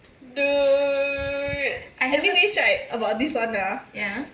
dude anyways right about this one ah